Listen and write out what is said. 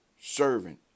servant